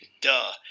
Duh